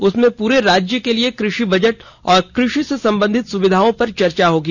उसमें पूरे राज्य के लिए कृषि बजट और कृषि से संबंधित सुविधाओं पर चर्चा होगी